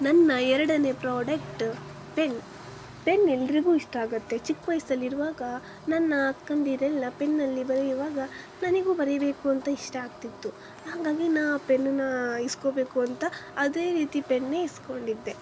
ನನ್ನ ಎರಡನೇ product pen pen ಎಲ್ಲರಿಗೂ ಇಷ್ಟ ಆಗತ್ತೆ ಚಿಕ್ಕ ವಯಸ್ಸಲ್ಲಿರುವಾಗ ನನ್ನ ಅಕ್ಕಂದಿರೆಲ್ಲ ಪೆನ್ನಲ್ಲಿ ಬರಿಯುವಾಗ ನನಗೂ ಬರೀಬೇಕು ಅಂತ ಇಷ್ಟ ಆಗ್ತಿತ್ತು ಹಾಗಾಗಿ ನಾನು ಆ ಪೆನ್ನನ್ನ ಇಸ್ಕೊಬೇಕು ಅಂತ ಅದೇ ರೀತಿ ಪೆನ್ನೇ ಇಸ್ಕೊಂಡಿದ್ದೆ